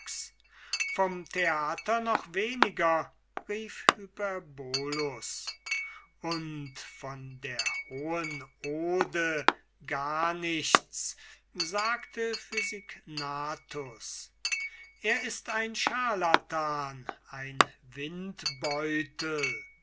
vom theater noch weniger rief hyperbolus und von der hohen ode gar nichts sagte physignathus er ist ein scharlatan ein